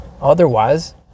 Otherwise